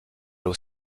aux